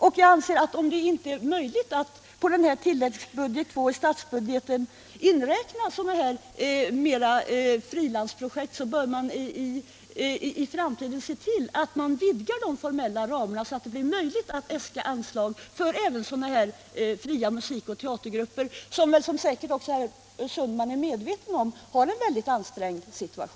Om det inte är möjligt att på tilläggsbudget II till statsbudgeten anvisa anslag till sådana här frilansprojekt, bör man i framtiden se till att man vidgar de formella ramarna, så att det blir möjligt att äska anslag även för fria teater-, dansoch musikgrupper, vilka — något som herr Sundman borde vara medveten om — har en väldigt ansträngd ekonomi.